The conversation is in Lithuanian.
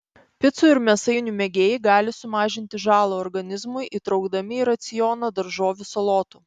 picų ir mėsainių mėgėjai gali sumažinti žalą organizmui įtraukdami į racioną daržovių salotų